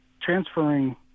transferring